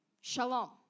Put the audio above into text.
Shalom